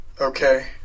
Okay